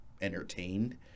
entertained